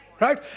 right